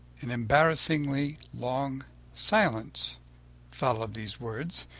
an embarrassingly long silence followed these words,